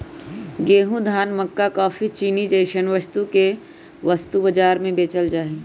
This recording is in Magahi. गेंहूं, धान, मक्का काफी, चीनी जैसन वस्तु के वस्तु बाजार में बेचल जा हई